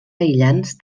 aïllants